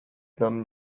nam